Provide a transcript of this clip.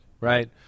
right